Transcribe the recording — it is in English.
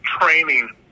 training